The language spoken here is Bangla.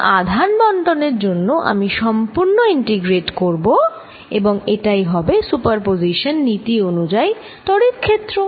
সম্পূর্ণ আধান বণ্টনের জন্য আমি সম্পূর্ণ ইন্টিগ্রেট করব এবং এটাই হবে সুপারপজিশন নীতি অনুযায়ী তড়িৎ ক্ষেত্র